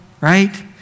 right